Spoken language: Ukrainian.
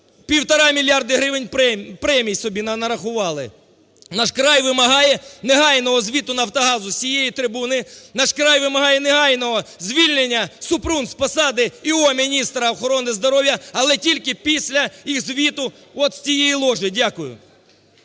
1,5 мільярда гривень премії, собі нарахували? "Наш край" вимагає негайного звіту "Нафтогазу" з цієї трибуни, "Наш край" вимагає негайного звільнення Супрун з посади і.о.міністра охорони здоров'я, але тільки після їх звіту ось з цієї ложі. Дякую.